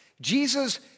Jesus